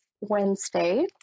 Wednesday